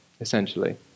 essentially